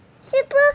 super